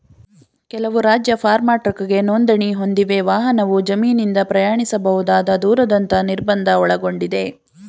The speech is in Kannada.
ಕೆಲವು ರಾಜ್ಯ ಫಾರ್ಮ್ ಟ್ರಕ್ಗೆ ನೋಂದಣಿ ಹೊಂದಿವೆ ವಾಹನವು ಜಮೀನಿಂದ ಪ್ರಯಾಣಿಸಬಹುದಾದ ದೂರದಂತ ನಿರ್ಬಂಧ ಒಳಗೊಂಡಿದೆ